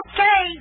Okay